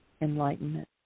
enlightenment